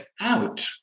out